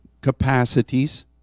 capacities